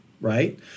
right